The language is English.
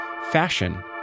fashion